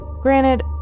Granted